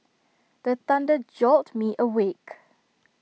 the thunder jolt me awake